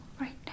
right